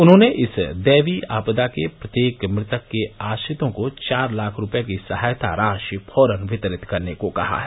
उन्होंने इस दैवीय आपदा के प्रत्येक मृतक के आश्रितों को चार लाख रूपये की सहायता राशि फौरन वितरित करने को कहा है